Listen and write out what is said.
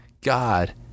God